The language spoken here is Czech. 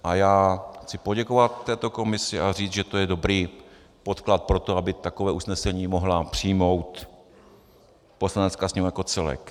A já chci poděkovat této komisi a říct, že to je dobrý podklad pro to, aby takové usnesení mohla přijmout Poslanecká sněmovna jako celek.